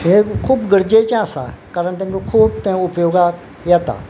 हे खूब गरजेचें आसा कारण तेंका खूब तें उपयोगाक येता